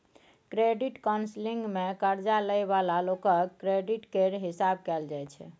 credit counselling मे कर्जा लइ बला लोकक क्रेडिट केर हिसाब कएल जाइ छै